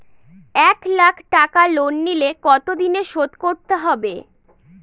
এক লাখ টাকা লোন নিলে কতদিনে শোধ করতে হবে?